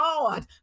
Lord